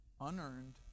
Unearned